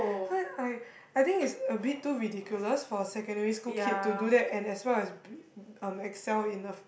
so I I I think it's a bit too ridiculous for a secondary school kid to do that and as well as bri~ um excel in a